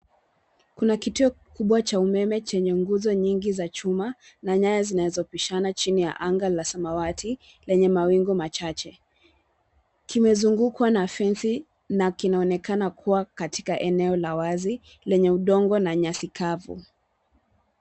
Kuna kituo kubwa cha umeme chenye nguzo nyingi za chuma na nyaya zinazopishana chini ya anaga la samati yenye mawingu machache. Kimezingukwa na fensi na kinaoekana kuwa katika eneo la wazi lenye udongo na nyasi kavu.